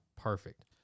perfect